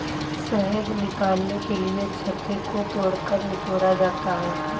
शहद निकालने के लिए छत्ते को तोड़कर निचोड़ा जाता है